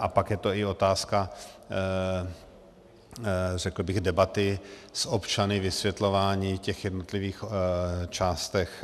A pak je to i otázka, řekl bych, debaty s občany, vysvětlování v těch jednotlivých částech.